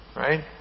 Right